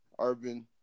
urban